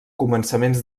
començaments